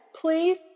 please